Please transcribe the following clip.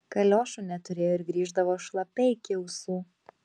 kaliošų neturėjo ir grįždavo šlapia iki ausų